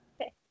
Okay